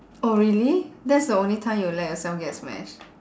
oh really that's the only time you'll let yourself get smashed